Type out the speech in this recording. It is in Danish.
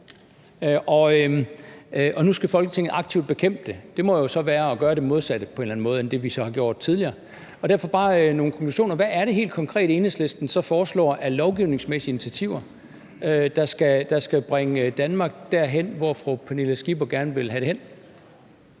at nu skal Folketinget aktivt bekæmpe det. Det må jo så på en eller anden måde være at gøre det modsatte af, hvad vi har gjort tidligere. Hvad er det så helt konkret, Enhedslisten foreslår af lovgivningsmæssige initiativer, der skal bringe Danmark derhen, hvor fru Pernille Skipper gerne vil have det hen?